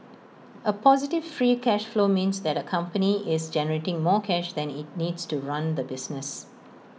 A positive free cash flow means that A company is generating more cash than IT needs to run the business